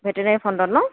ভেটেনেৰীৰ ফ্ৰণ্টত ন